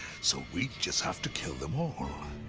so we'll just have to kill them all.